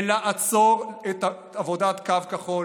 ולעצור את עבודת קו כחול.